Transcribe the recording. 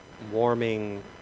warming